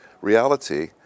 reality